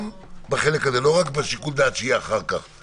רק להשאיר את זה לשיקול דעת שיהיה אחר כך.